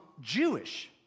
Jewish